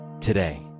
today